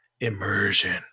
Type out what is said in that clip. immersion